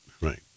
Right